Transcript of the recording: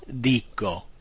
dico